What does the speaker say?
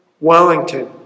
Wellington